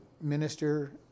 minister